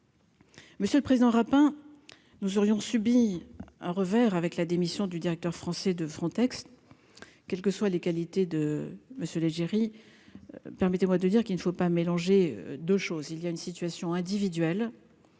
Monsieur le Président, hein, nous aurions subi un revers avec la démission du directeur français de Frontex, quelles que soient les qualités de Monsieur l'Algérie, permettez-moi de dire qu'il ne faut pas mélanger 2 choses : il y a une situation individuelle